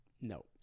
no